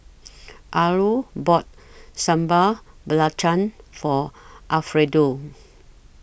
Arlo bought Sambal Belacan For Alfredo